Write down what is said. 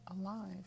alive